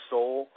Soul